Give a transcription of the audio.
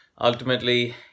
ultimately